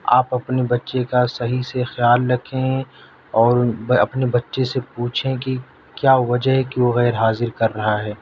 آپ اپنے بچے کا صحیح سے خیال رکھیں اور میں اپنے بچے سے پوچھیں کہ کیا وجہ ہے کیوں غیر حاضر کر رہا ہے